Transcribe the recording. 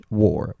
war